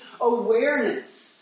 awareness